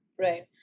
Right